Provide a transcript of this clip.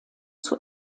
zur